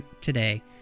today